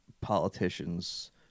politicians